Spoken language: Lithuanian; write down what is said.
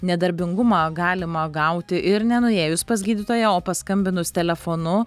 nedarbingumą galima gauti ir nenuėjus pas gydytoją o paskambinus telefonu